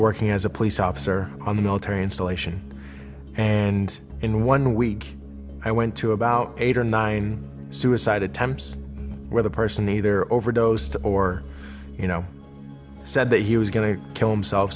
working as a police officer on the military installation and in one week i went to about eight or nine suicide attempts where the person either overdosed or you know said that he was going to kill himsel